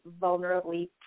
vulnerably